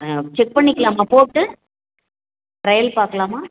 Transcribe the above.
ஆ check பண்ணிக்கலாமா போட்டு trial பார்க்கலாமா